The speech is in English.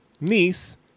niece